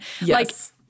Yes